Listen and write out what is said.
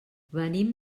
venim